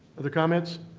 other comments?